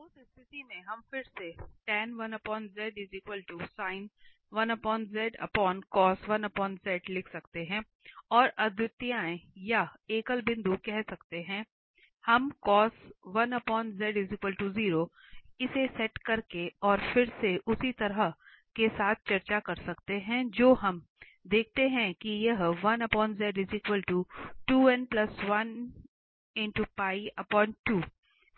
उस स्थिति में हम फिर से लिख सकते हैं और अद्वितीयताएं या एकल बिंदु कह सकते हैं हम इसे सेट करके और फिर से उसी तर्क के साथ चर्चा कर सकते हैं जो हम देखते हैं कि यह